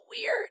weird